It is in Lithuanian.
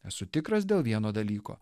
esu tikras dėl vieno dalyko